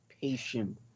patient